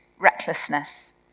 recklessness